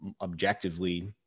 objectively